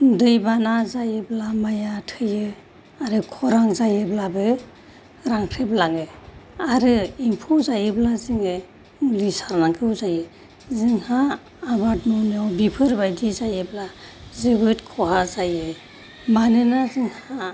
दैबाना जायोब्ला माइया थैयो आरो खरान जायोब्लाबो रानख्रेब लाङो आरो एमफौ जायोब्ला जोङो मुलि सारनांगौ जायो जोंहा आबाद मावनायाव बेफोरबादि जायोब्ला जोबोद खहा जायो मानोना जोंहा